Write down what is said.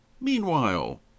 Meanwhile